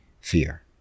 fear